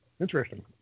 Interesting